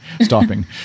stopping